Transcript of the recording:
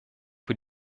für